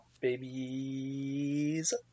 babies